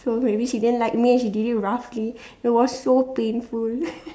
so maybe she don't like me and she did it roughly it was so painful